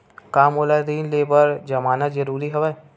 का मोला ऋण ले बर जमानत जरूरी हवय?